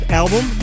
album